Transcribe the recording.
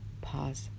Pause